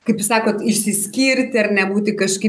kaip jūs sakot išsiskirti ar nebūti kažkaip